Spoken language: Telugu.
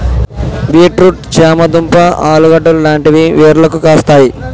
బీట్ రూట్ చామ దుంప ఆలుగడ్డలు లాంటివి వేర్లకు కాస్తాయి